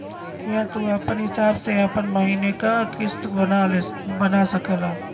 हिंया तू आपन हिसाब से आपन महीने का किस्त बना सकेल